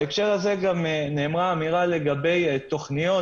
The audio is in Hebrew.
בהקשר הזה נאמרה אמירה לגבי תכניות,